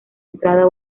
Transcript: entrada